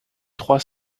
trois